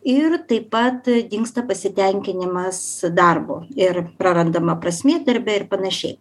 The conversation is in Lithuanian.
ir taip pat dingsta pasitenkinimas darbu ir prarandama prasmė darbe ir panašiai